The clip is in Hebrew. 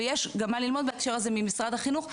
ובהקשר הזה יש גם מה ללמוד ממשרד החינוך,